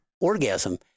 orgasm